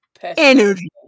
energy